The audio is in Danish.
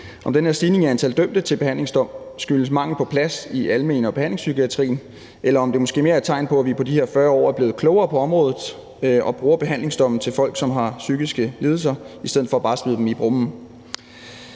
som der står i baggrundsmaterialet, skyldes mangel på plads i almen- og behandlingspsykiatrien eller måske mere er et tegn på, at vi på de her 40 år er blevet klogere på området og bruger behandlingsdomme til folk, som har psykiske lidelser, i stedet for bare at smide dem i brummen.